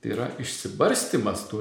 tai yra išsibarstymas tų